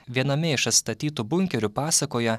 viename iš atstatytų bunkerių pasakoja